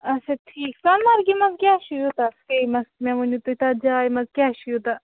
اَچھا ٹھیٖک سۄنہٕ مَرگہِ منٛز کیٛاہ چھُ یوٗتاہ فیمَس مےٚ ؤنِو تُہۍ تَتھ جایہِ منٛز کیٛاہ چھُ یوٗتاہ